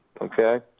okay